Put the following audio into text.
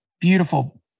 beautiful